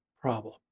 problem